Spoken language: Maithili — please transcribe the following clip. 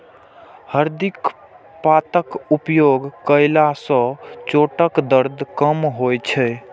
हरदि पातक उपयोग कयला सं चोटक दर्द कम होइ छै